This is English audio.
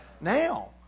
Now